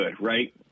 Right